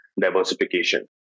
diversification